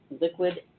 liquid